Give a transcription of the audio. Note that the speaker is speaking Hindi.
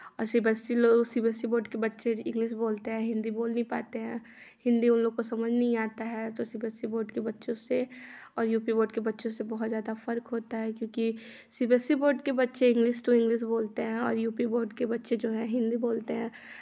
सी बी सी बोर्ड के बच्चे इंग्लिश बोलते हैं हिन्दी बोल नहीं पाते है हिन्दी उनलोग को समझ नहीं आता है तो C B S C board के बच्चों से और यू पी बोर्ड के बच्चों से बहुत ज्यादा फ़र्क होता है क्योंकि C B S E board के बच्चे इंग्लिश टू इंग्लिश बोलते हैं और यू पी बोर्ड के बच्चे जो हैं हिन्दी बोलते हैं